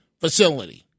facility